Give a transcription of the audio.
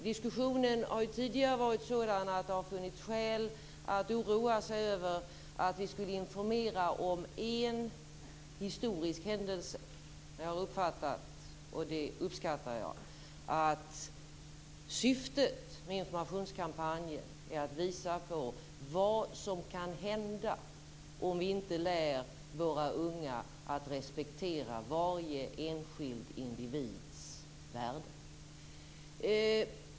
Diskussionen har ju tidigare alltid varit sådan att det har funnits skäl att oroa sig över att vi skulle informera om en historisk händelse. Jag uppskattar att syftet med informationskampanjen är att visa på vad som kan hända om vi inte lär våra unga att respektera varje enskild individs värde.